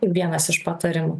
vienas iš patarimų